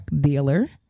dealer